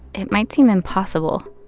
it might seem impossible,